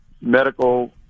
medical